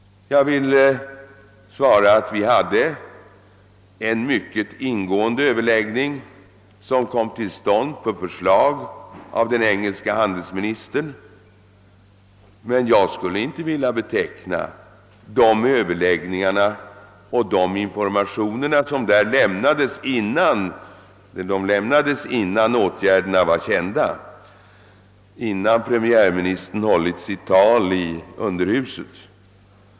Jag vill svara att vi hade en mycket ingående överläggning, som kom till stånd på förslag av den engelske handelsministern. Informationer lämnades därvid innan åtgärderna var kända och innan finansministern hållit sitt tal i underhuset.